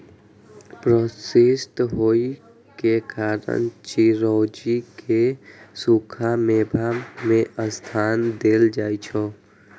पौष्टिक होइ के कारण चिरौंजी कें सूखा मेवा मे स्थान देल जाइ छै